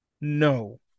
no